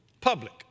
public